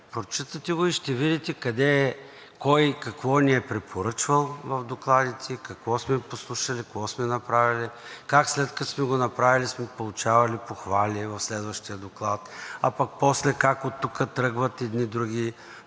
прочитате го и ще видите къде, кой и какво ни е препоръчвал в докладите, какво сме послушали, какво сме направили, как, след като сме го направили, сме получавали похвали в следващия доклад, а пък после как оттук тръгват едни други